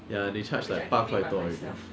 ya they charge like 八块多 for it